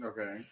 Okay